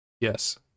yes